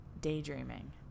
Daydreaming